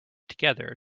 together